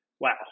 Wow